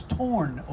torn